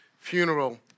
funeral